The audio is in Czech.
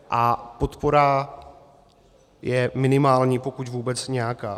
A podpora je minimální, pokud vůbec nějaká.